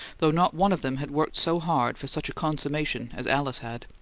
though not one of them had worked so hard for such a consummation as alice had.